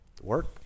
Work